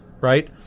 right